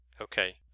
Okay